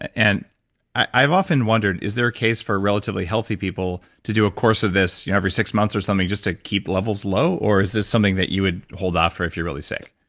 and i've often wondered, is there a case for relatively healthy people to do a course of this every six months or something just to keep levels low, or is this something that you would hold off, or if you were really sick?